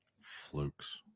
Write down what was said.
flukes